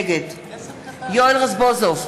נגד יואל רזבוזוב,